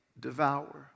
devour